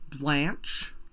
Blanche